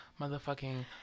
motherfucking